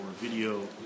video